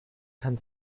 kann